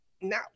now